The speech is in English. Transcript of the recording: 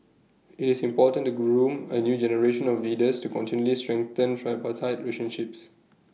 IT is important to groom A new generation of leaders to continually strengthen tripartite reason ship